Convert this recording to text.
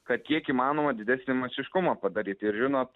kad kiek įmanoma didesnį masiškumą padaryti ir žinot